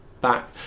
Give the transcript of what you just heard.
back